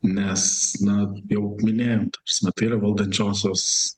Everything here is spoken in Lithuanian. nes na jau minėjom ta prasme tai yra valdančiosios